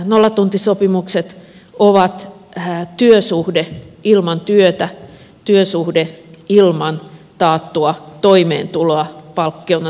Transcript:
nollatuntisopimukset ovat työsuhde ilman työtä työsuhde ilman taattua toimeentuloa palkkiona työstä